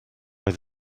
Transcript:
oedd